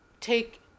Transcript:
take